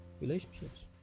relationships